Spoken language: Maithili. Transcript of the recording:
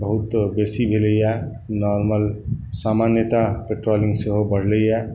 अं बहुत बेसी भेलैया नारमल सामान्यत पेट्रोलिंग सेहो बढ़लैया